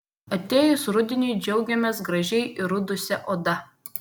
atėjus rudeniui džiaugiamės gražiai įrudusia oda